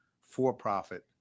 for-profit